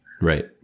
Right